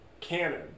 canon